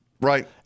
Right